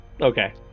okay